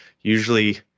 Usually